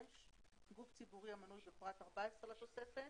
גוף ציבורי המנוי בפרט (14) לתוספת,